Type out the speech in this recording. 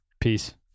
Peace